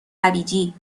هویجی